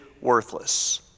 worthless